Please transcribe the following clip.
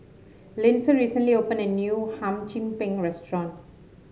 Lindsay recently opened a new Hum Chim Peng restaurant